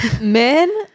Men